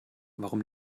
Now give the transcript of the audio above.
warum